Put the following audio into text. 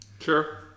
Sure